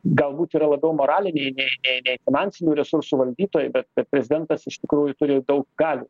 galbūt yra labiau moraliniai nei nei nei finansinių resursų valdytojai bet bet prezidentas iš tikrųjų turi daug galių